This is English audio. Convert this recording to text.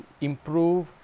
improve